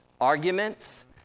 arguments